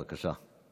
בבקשה.